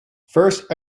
first